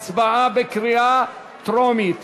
הצבעה בקריאה טרומית.